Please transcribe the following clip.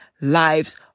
lives